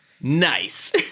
Nice